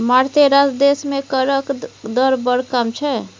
मारिते रास देश मे करक दर बड़ कम छै